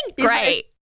Great